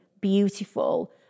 beautiful